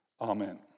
Amen